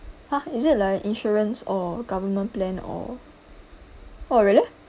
!huh! is it like insurance or government plan or oh really